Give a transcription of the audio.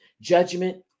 judgment